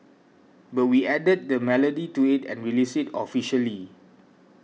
but we added the melody to it and released it officially